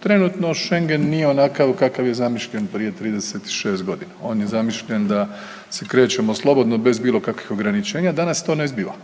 Trenutno Šengen nije onakav kakav je zamišljen prije 36.g.. On je zamišljen da se krećemo slobodno bez bilo kakvih ograničenja, danas se to ne zbiva.